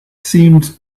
seems